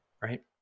right